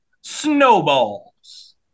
snowballs